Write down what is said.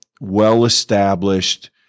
well-established